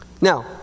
Now